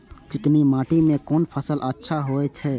चिकनी माटी में कोन फसल अच्छा होय छे?